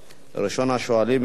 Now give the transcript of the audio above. ראשון השואלים יהיה,